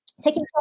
Taking